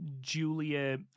Julia